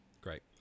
Great